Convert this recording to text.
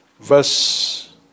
verse